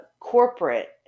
Corporate